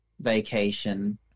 Vacation